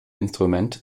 instrument